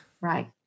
right